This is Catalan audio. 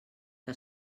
que